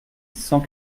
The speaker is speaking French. cent